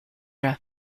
were